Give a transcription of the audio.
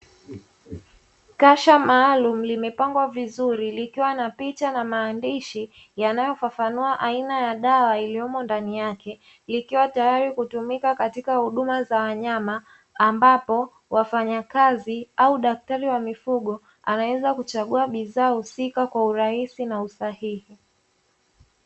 Kasha maalim limepambwa vizuri likiwa na picha na maandishi yanayo fafanua aina ya dawa iliyomo ndani yake, likiwa tayari kutumika katika huduma za wanyama ambapo wafanyakazi au daktari wa mifugo anaweza kuchagua bidhaa husika kwa urahisi na usahihi.